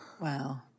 Wow